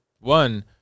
One